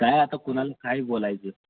काय आता कुणाला काय बोलायचं